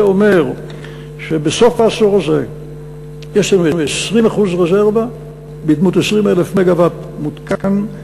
זה אומר שבסוף העשור הזה יש לנו 20% רזרבה בדמות 20,000 מגה-ואט מותקן,